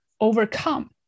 overcome